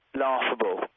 laughable